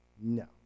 No